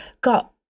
got